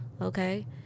Okay